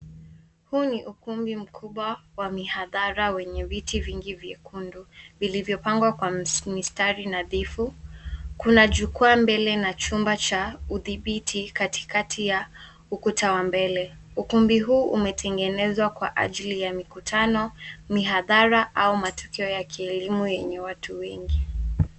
Huu ni ukumbi mkubwa wa mihadhara wenye viti vingi vyekundu vilivyopangwa kwa mistari nadhifu .Kuna jukwaa mbele na chumba cha udhibiti katikati ya ukuta wa mbele. Ukumbi huu umetegenezwa kwa ajili ya mikutano, mihadhara au matokeo ya kielimu yenye watu wengi.